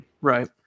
Right